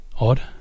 Odd